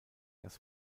das